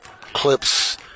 clips